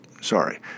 Sorry